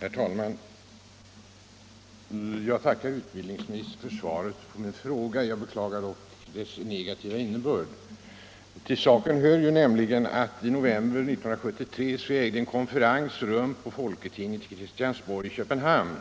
Herr talman! Jag tackar utbildningsministern för svaret. Jag beklagar dock dess negativa innebörd. Till saken hör att i november 1973 ägde en konferens rum på folketinget i Christiansborg i Köpenhamn